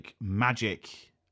magic